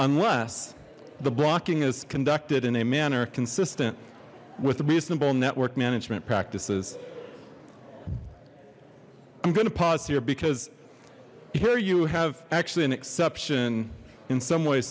unless the blocking is conducted in a manner consistent with reasonable network management practices i'm going to pause here because here you have actually an exception in some ways